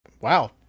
Wow